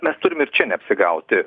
mes turim ir čia neapsigauti